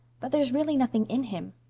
but there's really nothing in him.